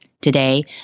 Today